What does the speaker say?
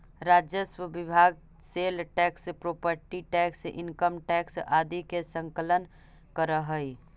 राजस्व विभाग sale tax property tax income tax आदि के संकलन करऽ हई